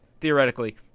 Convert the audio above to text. theoretically